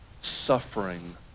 suffering